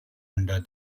under